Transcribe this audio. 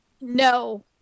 no